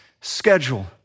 schedule